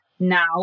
Now